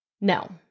No